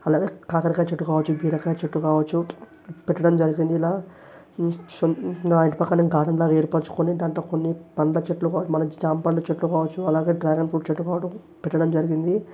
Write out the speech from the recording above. అలాగే కాకరకాయ చెట్టు కావచ్చు బీరకాయ చెట్టు కావచ్చు పెట్టడం జరిగింది ఇలా నా ఇంటి పక్కన నేను గార్డెన్లాగా ఏర్పరచుకుని దాంట్లో కొన్ని పండ్ల చెట్లను మన జామపండ్ల చెట్లను కావచ్చు అలాగే డ్రాగన్ఫ్రూట్ చెట్టు కావడం పెట్టడం జరిగింది